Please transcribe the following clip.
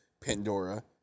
pandora